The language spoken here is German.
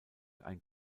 ein